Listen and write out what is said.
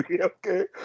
okay